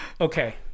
Okay